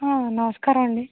హ నమస్కారం అండి